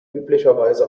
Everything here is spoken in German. üblicherweise